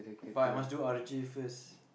but I must do R_J first